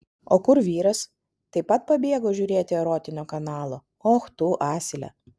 o kur vyras taip pat pabėgo žiūrėti erotinio kanalo och tu asile